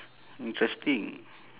interesting